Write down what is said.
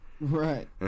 Right